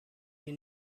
sie